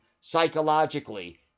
psychologically